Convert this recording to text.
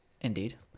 Indeed